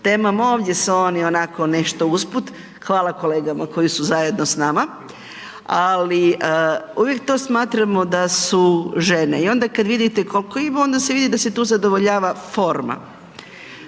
temama, ovdje su oni onako nešto usput, hvala kolegama koji su zajedno s nama, ali uvijek to smatramo da su žene. I onda kad vidite koliko ima onda se vidi da se tu zadovoljava forma.